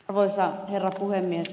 arvoisa herra puhemies